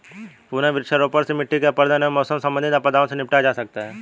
पुनः वृक्षारोपण से मिट्टी के अपरदन एवं मौसम संबंधित आपदाओं से निपटा जा सकता है